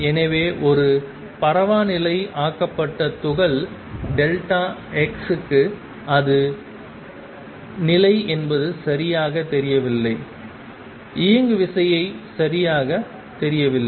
எனவே ஒரு பரவா நிலை ஆக்கப்பட்ட துகள் டெல்டா x க்கு அது நிலை என்பது சரியாகத் தெரியவில்லை இயங்குவிசை சரியாகத் தெரியவில்லை